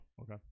okay